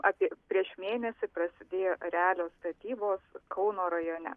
apie prieš mėnesį prasidėjo realios statybos kauno rajone